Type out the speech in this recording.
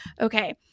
Okay